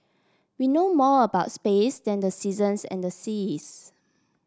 we know more about space than the seasons and the seas